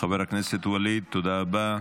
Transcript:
חבר הכנסת ואליד, תודה רבה.